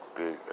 big